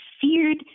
feared